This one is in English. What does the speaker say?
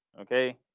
okay